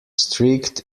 strict